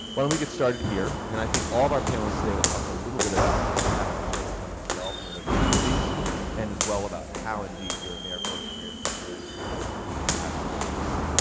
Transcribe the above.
why don't we get started here and i think all of our panelists today will talk a little bit about the impact of service on themselves and on their communities and as well about how indeed your americorps experience prepared you for the path you are on right now.